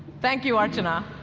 thank you, arjuna.